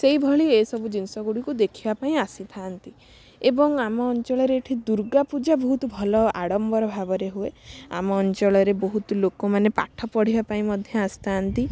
ସେଇଭଳି ଏସବୁ ଜିନିଷଗୁଡ଼ିକୁ ଦେଖିବା ପାଇଁ ଆସିଥାନ୍ତି ଏବଂ ଆମ ଅଞ୍ଚଳରେ ଏଠି ଦୁର୍ଗାପୂଜା ବହୁତ ଭଲ ଆଡ଼ମ୍ବର ଭାବରେ ହୁଏ ଆମ ଅଞ୍ଚଳରେ ବହୁତ ଲୋକମାନେ ପାଠ ପଢ଼ିବା ପାଇଁ ମଧ୍ୟ ଆସିଥାନ୍ତି